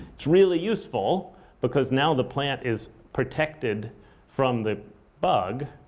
it's really useful because now the plant is protected from the bug,